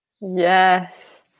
Yes